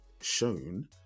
shown